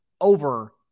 over